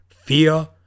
fear